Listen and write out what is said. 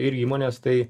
ir įmones tai